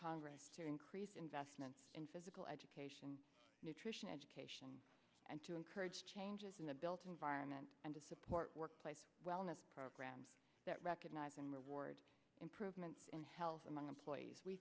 congress to increase investment in physical education nutrition education and to encourage changes in the built environment and to support workplace wellness programs that recognize and reward improvements in health among employees we